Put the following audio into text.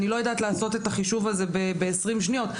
אני לא יודעת לעשות את החישוב הזה ב-20 שניות,